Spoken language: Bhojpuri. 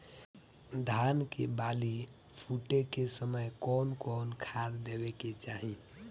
धान के बाली फुटे के समय कउन कउन खाद देवे के चाही?